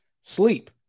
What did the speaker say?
Sleep